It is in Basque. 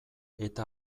eta